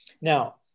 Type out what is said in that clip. Now